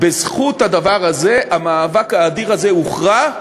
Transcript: בזכות הדבר הזה המאבק האדיר הזה הוכרע,